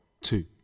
two